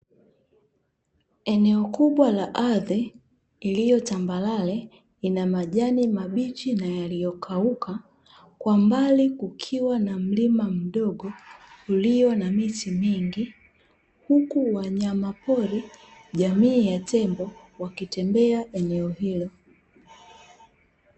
Eneo kubwa la ardhi iliyo tambarare ina majani mabichi na yaliyo kauka, kwa mbali kukiwa na mlima mdogo ulio na miti mingi, huku wanyama pori jamii ya tembo wakitembea eneo hilo.